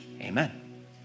Amen